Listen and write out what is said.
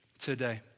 today